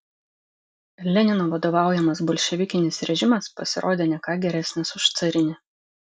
lenino vadovaujamas bolševikinis režimas pasirodė ne ką geresnis už carinį